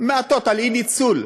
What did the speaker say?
מעטות על אי-ניצול,